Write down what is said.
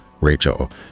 Rachel